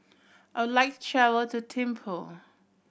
I would like to travel to Thimphu